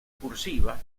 cursiva